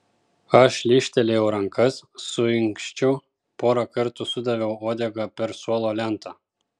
aš lyžtelėjau rankas suinkščiau porą kartų sudaviau uodega per suolo lentą